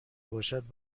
باشد